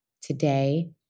Today